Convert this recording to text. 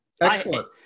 Excellent